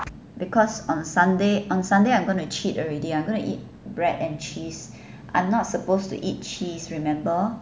because on sunday on sunday I'm gonna cheat already I'm gonna eat bread and cheese I'm not supposed to eat cheese remember